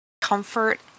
comfort